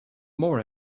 more